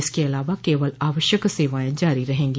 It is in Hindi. इसके अलावा केवल आवश्यक सेवाएं जारी रहेगी